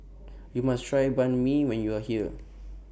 YOU must Try Banh MI when YOU Are here